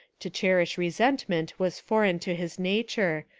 to cherish resentment was foreign to his nature,